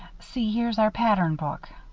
see, here's our pattern book.